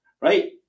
right